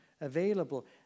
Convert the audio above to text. available